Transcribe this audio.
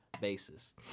basis